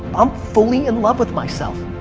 i'm fully in love with myself.